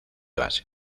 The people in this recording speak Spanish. base